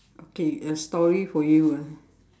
okay a story for you ah